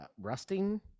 rusting